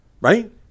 right